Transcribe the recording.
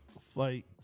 flight